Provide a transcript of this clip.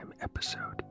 episode